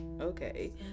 okay